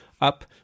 up